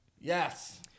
Yes